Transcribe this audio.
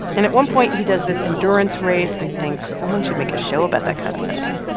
and at one point, he does this endurance race and thinks someone should make a show about that kind of thing.